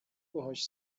باهاش